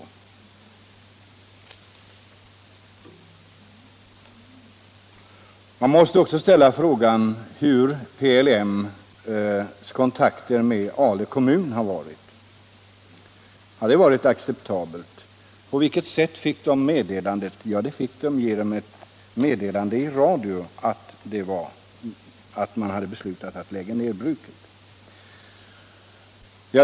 Man måste också ställa frågan hur PLM:s kontakter med Ale kommun varit. Har de varit acceptabla? På vilket sätt fick kommunen meddelande om nedläggningen? Jo, genom ett meddelande i radio att man beslutat lägga ned bruket.